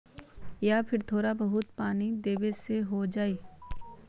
या फिर थोड़ा बहुत पानी देबे से हो जाइ?